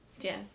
Yes